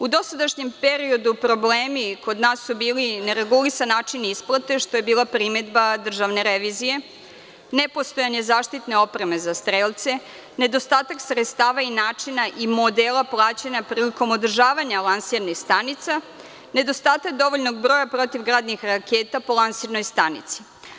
U dosadanjem periodu problemi kod nas su bili i neregulisan način isplate, što je bila primedba državne revizije, nepostojanje zaštitne opreme za strelce, nedostatak sredstava i načina i modela plaćanja prilikom održavanja lansirnih stanica, nedostatak dovoljnog broja protivgradnih raketa po lansirnoj stanici.